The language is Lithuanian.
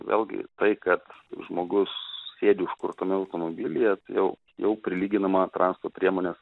vėlgi tai kad žmogus sėdi užkutrame automobilyje jau jau prilyginama transporto priemonės